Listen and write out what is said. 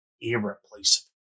irreplaceable